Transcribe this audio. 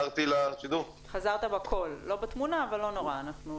מקווים שתחזור מיד במושב הבא שוב אל שולחן הכנסת,